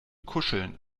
kuscheln